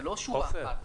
זה לא שורה אחת.